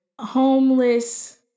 homeless